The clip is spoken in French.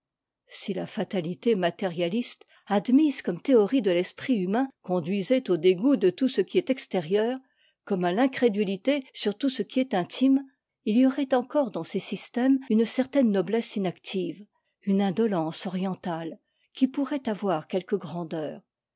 si la fatalité matérialiste admise comme théorie de l'esprit humain conduisait au dégoût de tout ce qui est extérieur comme à l'incrédulité sur tout ce qui est intime il y aurait encore dans ces systèmes une certaine noblesse inactive une indolence orientate qui pourrait avoir quelque grandeur